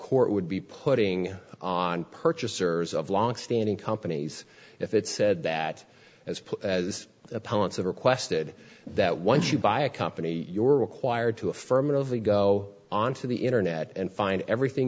court would be putting on purchasers of longstanding companies if it said that as put as opponents have requested that once you buy a company you're required to affirmatively go on to the internet and find everything